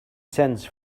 sends